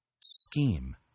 scheme